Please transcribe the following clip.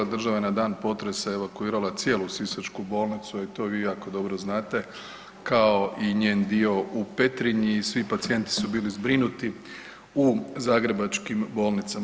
Država je na dan potresa evakuirala cijelu Sisačku bolnicu i to vi jako dobro znate kao i njen dio u Petrinji, svi pacijenti su bili zbrinuti u zagrebačkim bolnicama.